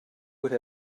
would